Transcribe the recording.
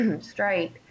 straight